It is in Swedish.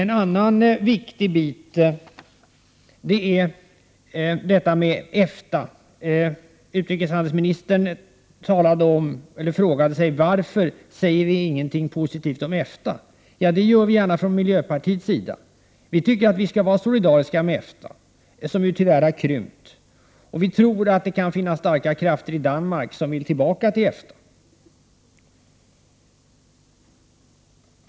En annan viktig bit är frågan om EFTA. Utrikeshandelsministern frågade varför vi inte säger någonting positivt om EFTA. Det gör vi gärna från miljöpartiets sida. Vi tycker att vårt land skall vara solidariskt med EFTA, som tyvärr har krympt. Vi tror att det kan finnas starka krafter i Danmark som vill tillbaka till EFTA.